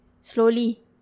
slowly